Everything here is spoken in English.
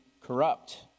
corrupt